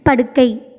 படுக்கை